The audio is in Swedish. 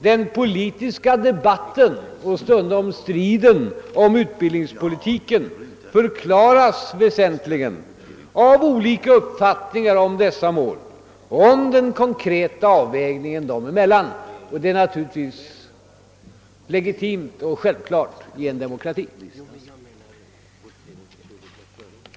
Den politiska debatten — och stundom striden — om utbildningspolitiken förklaras väsentligen av olika uppfattningar om dessa mål och om den konkreta avvägningen dem emellan; det är naturligtvis legitimt och självklart i en demokrati.